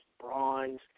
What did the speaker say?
bronze